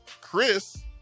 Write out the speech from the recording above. Chris